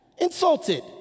insulted